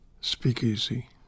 Speakeasy